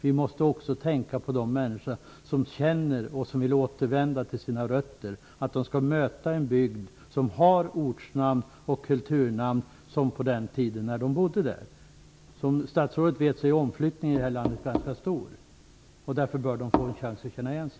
Vi måste också tänka på att de människor som vill återvända till sina rötter skall möta en bygd som har samma ortnamn och kulturnamn som på den tid när de bodde där. Som statsrådet vet är omflyttningen här i landet ganska stor. Därför bör människor ha en chans att känna igen sig.